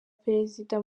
perezida